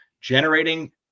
generating